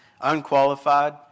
Unqualified